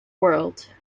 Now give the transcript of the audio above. world